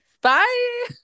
Bye